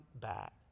back